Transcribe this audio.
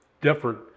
different